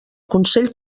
consell